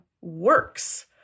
works